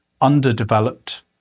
underdeveloped